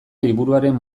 liburuaren